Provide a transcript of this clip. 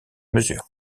mesure